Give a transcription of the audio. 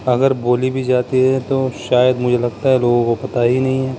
اگر بولی بھی جاتی ہے تو شاید مجھے لگتا ہے لوگوں کو پتہ ہی نہیں ہے